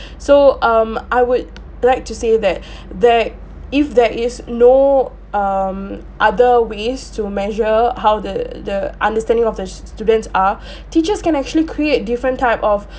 so um I would like to say that there if there is no um other ways to measure how the the understanding of the students are teachers can actually create different type of